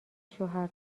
شوهر